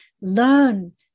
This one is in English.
learn